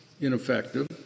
ineffective